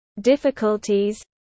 difficulties